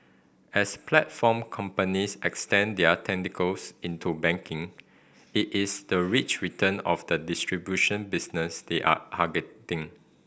as platform companies extend their tentacles into banking it is the rich return of the distribution business they are targeting